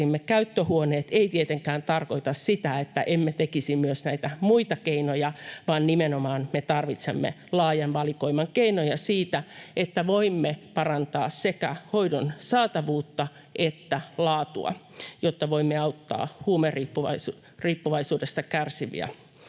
käyttöhuoneet, ei tietenkään tarkoita sitä, että emme käyttäisi myös näitä muita keinoja, vaan nimenomaan me tarvitsemme laajan valikoiman keinoja, joilla voimme parantaa sekä hoidon saatavuutta että laatua, jotta voimme auttaa huumeriippuvaisuudesta kärsiviä